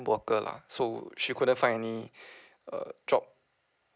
worker lah so she couldn't find any err job